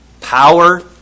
Power